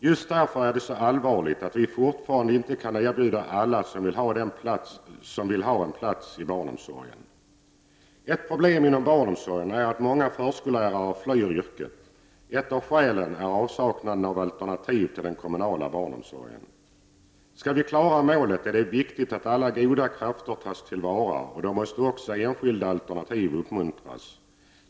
Just därför är det så allvarligt att vi fortfarande inte kan erbjuda alla som vill ha det en plats i barnomsorgen. Ett problem inom barnomsorgen är att många förskollärare flyr yrket. Ett av skälen är avsaknaden av alternativ till den kommunala barnomsorgen. Skall vi klara målet är det viktigt att alla goda krafter tas till vara, och då måste också enskilda alternativ uppmuntras.